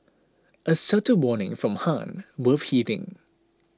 a subtle warning from Han worth heeding